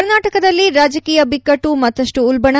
ಕರ್ನಾಟಕದಲ್ಲಿ ರಾಜಕೀಯ ಬಿಕ್ಕಟ್ಟು ಮತ್ತಷ್ಟು ಉಲ್ಬಣ